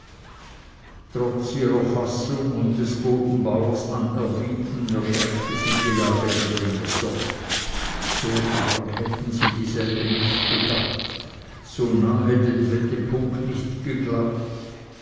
trotz ihrer fassung und des bodenbauers anerbieten erschreckte sie die lage der dinge doch so arg hatten sie dieselbe nicht gedacht so nahe den wendepunkt nicht geglaubt